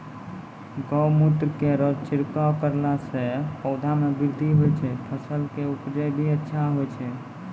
गौमूत्र केरो छिड़काव करला से पौधा मे बृद्धि होय छै फसल के उपजे भी अच्छा होय छै?